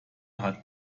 hat